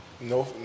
No